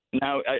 Now